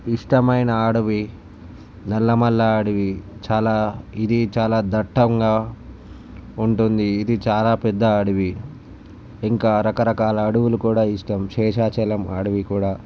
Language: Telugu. ఇష్టమైన అడవి నల్లమల్ల అడవి చాలా ఇది చాలా దట్టంగా ఉంటుంది ఇది చాలా పెద్ద అడవి ఇంకా రకరకాల అడవులు కూడా ఇష్టం శేషాచలం అడవి కూడా